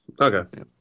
Okay